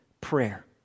prayer